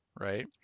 Right